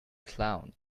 clown